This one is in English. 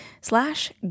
slash